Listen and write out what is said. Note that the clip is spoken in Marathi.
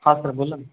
हा सर बोला ना